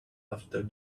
after